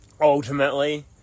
ultimately